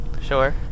sure